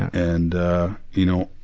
and you know,